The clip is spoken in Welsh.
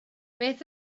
beth